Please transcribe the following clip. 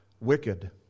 wicked